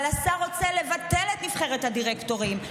אבל השר רוצה לבטל את נבחרת הדירקטורים.